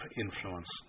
influence